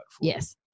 yes